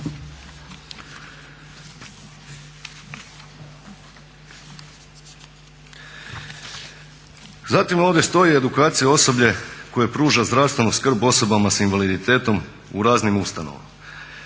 Zatim ovdje stoji edukacija osoblja koje pruža zdravstvenu skrb osobama s invaliditetom u raznim ustanovama.